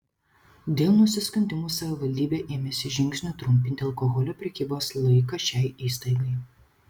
dėl nusiskundimų savivaldybė ėmėsi žingsnių trumpinti alkoholio prekybos laiką šiai įstaigai